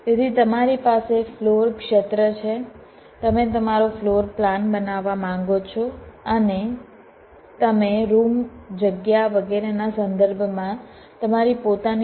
તેથી તમારી પાસે ફ્લોર ક્ષેત્ર છે તમે તમારો ફ્લોરપ્લાન બનાવવા માંગો છો અને તમે રૂમ જગ્યા વગેરેના સંદર્ભમાં તમારી પોતાની ડિઝાઇન બનાવવા માંગો છો